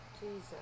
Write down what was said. Jesus